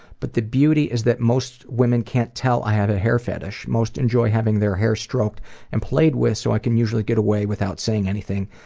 but the beauty is that most women can't tell i have a hair fetish. most enjoy having their hair stroked and played with, so i can usually get away without saying anything.